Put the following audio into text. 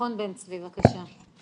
מכון בן צבי, בבקשה.